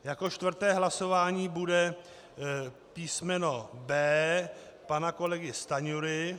Jako čtvrté hlasování bude písmeno B pana kolegy Stanjury.